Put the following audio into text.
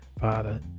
Father